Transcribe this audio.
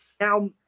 Now